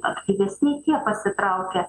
aktyvesni tie pasitraukia